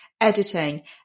Editing